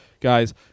guys